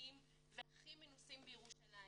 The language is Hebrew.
ותיקים והכי מנוסים בירושלים.